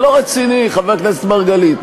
זה לא רציני, חבר הכנסת מרגלית.